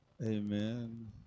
Amen